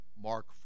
Mark